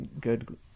good